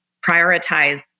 prioritize